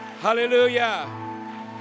Hallelujah